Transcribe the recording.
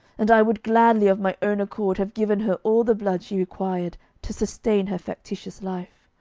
and i would gladly of my own accord have given her all the blood she required to sustain her factitious life.